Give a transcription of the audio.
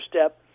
step